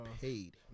paid